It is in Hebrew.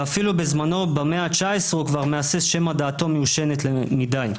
אפילו בזמנו במאה ה-19 הוא כבר מהסס שמא דעתו מיושנת מדי.